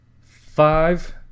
Five